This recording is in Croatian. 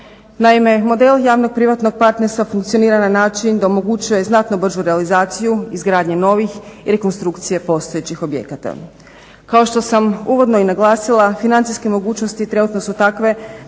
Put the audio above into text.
Naime, model javno-privatnog partnerstva funkcionira na način da omogućuje znatno bržu realizaciju, izgradnje nvih i rekonstrukcije postojećih objekata. Kao što sam uvodno i naglasila, financijske mogućnosti trenutno su takve